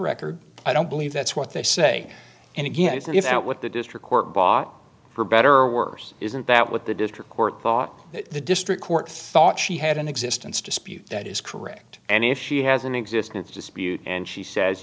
record i don't believe that's what they say and again if what the district court bought for better or worse isn't that what the district court thought that the district court thought she had in existence dispute that is correct and if she has an existence dispute and she says